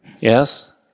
yes